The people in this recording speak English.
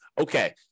okay